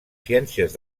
ciències